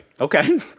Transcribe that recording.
Okay